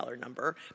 number